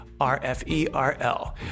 RFERL